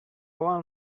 warm